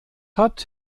hat